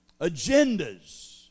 Agendas